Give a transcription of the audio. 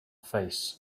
face